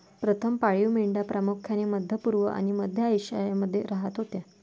प्रथम पाळीव मेंढ्या प्रामुख्याने मध्य पूर्व आणि मध्य आशियामध्ये राहत होत्या